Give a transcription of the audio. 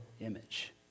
image